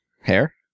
hair